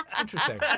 Interesting